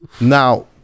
now